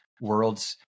worlds